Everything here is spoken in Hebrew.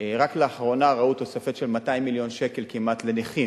רק לאחרונה ראו תוספת של כמעט 200 מיליון שקל לנכים.